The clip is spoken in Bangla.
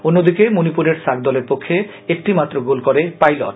অন্যদিকে মনিপুরের সাক দলের পক্ষে একমাত্র গোলটি করে পাইলট